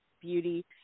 beauty